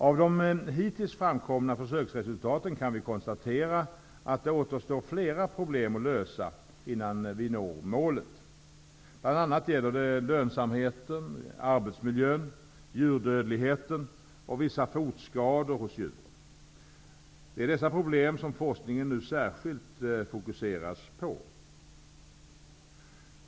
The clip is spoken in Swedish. Av de hittills framkomna försöksresultaten kan vi konstatera att det återstår flera problem att lösa innan vi når målet. Bland annat gäller det lönsamheten, arbetsmiljön, djurdödligheten och vissa fotskador hos djuren. Det är dessa problem som forskningen nu särskilt fokuseras på.